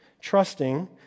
trusting